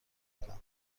بدم